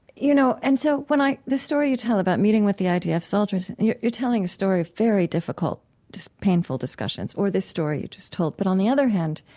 you know, and so when i the story you tell about meeting with the idf soldiers, you're you're telling a story of very difficult and painful discussions or this story you just told. but on the other hand,